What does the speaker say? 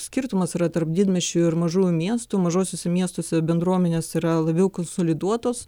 skirtumas yra tarp didmiesčių ir mažųjų miestų mažuosiuose miestuose bendruomenės yra labiau konsoliduotos